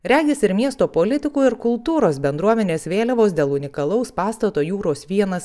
regis ir miesto politikų ir kultūros bendruomenės vėliavos dėl unikalaus pastato jūros vienas